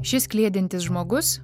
šis kliedintis žmogus